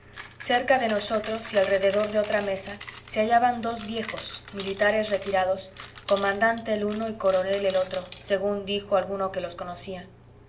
cerca de nosotros y alrededor de otra mesa se hallaban dos viejos militares retirados comandante el uno y coronel el otro según dijo alguno que los conocía